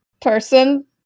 person